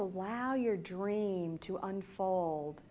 allow your dream to unfold